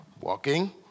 walking